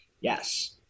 Yes